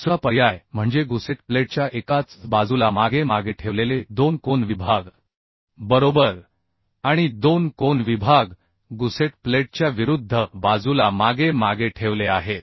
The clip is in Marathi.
दुसरा पर्याय म्हणजे गुसेट प्लेटच्या एकाच बाजूला मागे मागे ठेवलेले दोन कोन विभाग बरोबर आणि दोन कोन विभाग गुसेट प्लेटच्या विरुद्ध बाजूला मागे मागे ठेवले आहेत